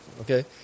okay